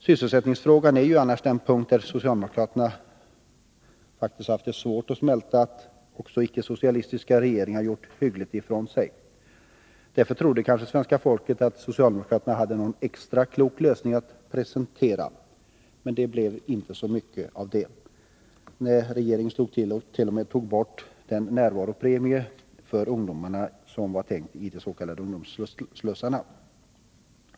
Sysselsättningfrågan är annars den punkt där socialdemokraterna faktiskt har haft det svårt att smälta att också icke-socialistiska regeringar har gjort hyggligt ifrån sig. Därför trodde kanske svenska folket att socialdemokraterna hade någon extra klok lösning att presentera, men det blev inte så mycket av det. Regeringen tog t.o.m. bort den närvaropremie för ungdomarna som var tänkt för de s.k. ungdomsslussarna.